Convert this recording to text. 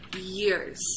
years